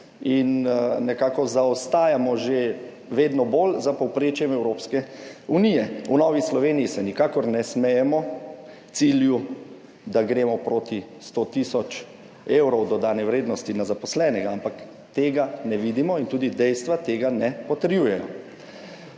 in nekako vedno bolj zaostajamo za povprečjem Evropske unije. V Novi Sloveniji se nikakor ne smejemo cilju, da gremo proti 100 tisoč evrov dodane vrednosti na zaposlenega, ampak tega ne vidimo in tudi dejstva tega ne potrjujejo.